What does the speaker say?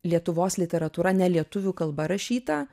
lietuvos literatūra ne lietuvių kalba rašyta